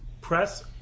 press